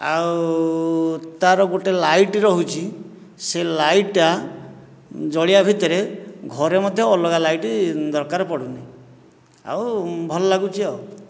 ଆଉ ତା'ର ଗୋଟିଏ ଲାଇଟ୍ ରହୁଛି ସେହି ଲାଇଟ୍ଟା ଜଳିବା ଭିତରେ ଘରେ ମଧ୍ୟ ଅଲଗା ଲାଇଟ୍ ଦରକାର ପଡ଼ୁନି ଆଉ ଭଲ ଲାଗୁଛି ଆଉ